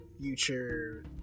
future